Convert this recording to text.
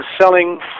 selling